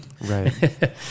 Right